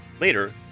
Later